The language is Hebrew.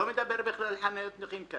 לא על חניות נכים.